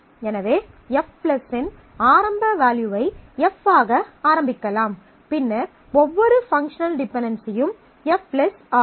எனவே F இன் ஆரம்ப வேல்யூவை F ஆக ஆரம்பிக்கலாம் பின்னர் ஒவ்வொரு பங்க்ஷனல் டிபென்டென்சியும் F ஆகும்